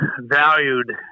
valued